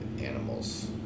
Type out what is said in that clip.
animals